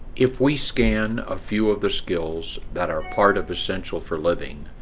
if we scan a few of the skills that are part of essential for living,